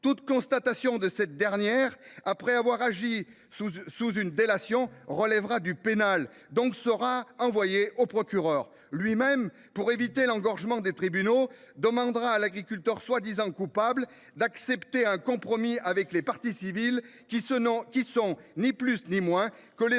Toute constatation de cette dernière consécutive à une délation relèvera du pénal, donc sera envoyée au procureur. Lui même, pour éviter l’engorgement des tribunaux, demandera à l’agriculteur censément coupable d’accepter un compromis avec les parties civiles, qui ne sont ni plus ni moins que les ONG